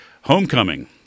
Homecoming